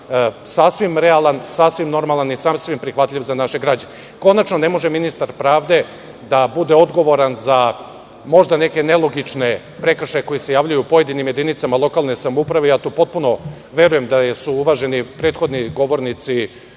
sasvim realan, sasvim normalan i sasvim prihvatljiv za naše građane. Konačno, ne može ministar pravde da bude odgovoran za možda neke nelogične prekršaje koji se javljaju u pojedinim jedinicama lokalne samouprave. potpuno verujem da su uvaženi prethodni govornici